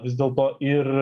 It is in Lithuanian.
vis dėlto ir